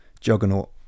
juggernaut